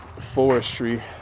forestry